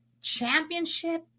championship